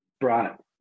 brought